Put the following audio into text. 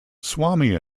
swami